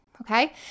okay